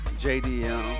JDM